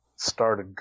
started